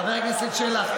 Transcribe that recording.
חבר הכנסת שלח,